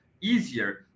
easier